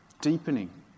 deepening